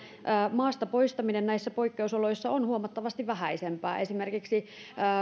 maasta poistaminen näissä poikkeusoloissa on huomattavasti vähäisempää esimerkiksi